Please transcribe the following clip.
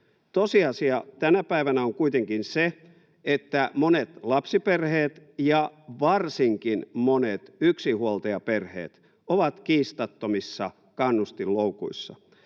Tosiasia tänä päivänä on kuitenkin se, että monet lapsiperheet ja varsinkin monet yksinhuoltajaperheet ovat kiistattomissa kannustinloukuissa.